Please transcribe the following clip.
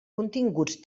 continguts